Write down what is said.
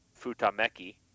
futameki